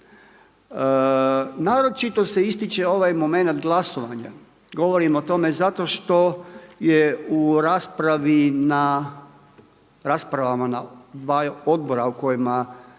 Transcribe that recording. Naročito se ističe ovaj momenat glasovanja. Govorim o tome zato što je u raspravi na raspravama na dvaju odbora u kojima